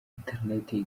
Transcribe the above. internet